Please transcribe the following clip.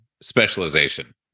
specialization